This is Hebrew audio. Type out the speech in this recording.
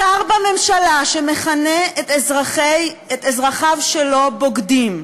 שר בממשלה שמכנה את אזרחיו שלו בוגדים.